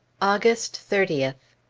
august thirtieth.